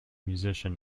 musician